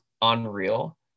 Unreal